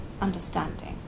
understanding